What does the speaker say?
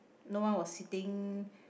no one was sitting